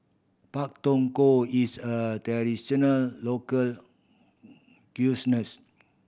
Pak Thong Ko is a traditional local